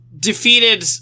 defeated